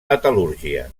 metal·lúrgia